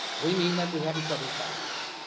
we mean that we have each other's backs.